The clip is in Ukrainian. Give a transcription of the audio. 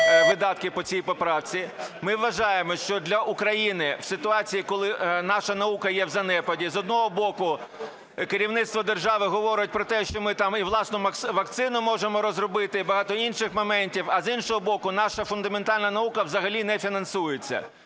Ми вважаємо, що для України в ситуації, коли наша наука є в занепаді, з одного боку, керівництво держави говорить про те, що ми там і власну вакцину можемо розробити, і багато інших моментів, а з іншого боку, наша фундаментальна наука взагалі не фінансується.